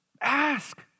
Ask